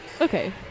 Okay